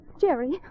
Jerry